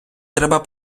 треба